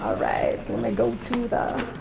ah right, let me go to the.